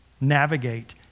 navigate